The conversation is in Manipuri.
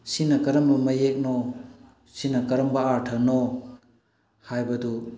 ꯁꯤꯅ ꯀꯔꯝꯕ ꯃꯌꯦꯛꯅꯣ ꯁꯤꯅ ꯀꯔꯝꯕ ꯑꯥꯔꯊꯅꯣ ꯍꯥꯏꯕꯗꯨ